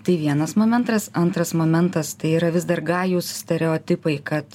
tai vienas momentras antras momentas tai yra vis dar gajūs stereotipai kad